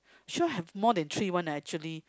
sure have more than three one ah actually